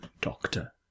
doctor